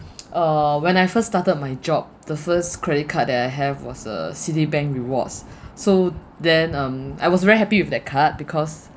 uh when I first started my job the first credit card that I have was a Citibank rewards so then um I was very happy with that card because